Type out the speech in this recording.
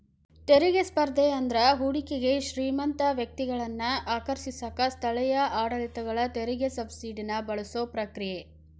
ತೆರಿಗೆ ಸ್ಪರ್ಧೆ ಅಂದ್ರ ಹೂಡಿಕೆಗೆ ಶ್ರೇಮಂತ ವ್ಯಕ್ತಿಗಳನ್ನ ಆಕರ್ಷಿಸಕ ಸ್ಥಳೇಯ ಆಡಳಿತಗಳ ತೆರಿಗೆ ಸಬ್ಸಿಡಿನ ಬಳಸೋ ಪ್ರತಿಕ್ರಿಯೆ